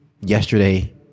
yesterday